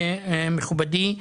מכובדי,